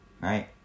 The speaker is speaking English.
right